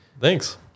Thanks